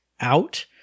out